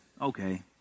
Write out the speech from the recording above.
okay